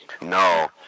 No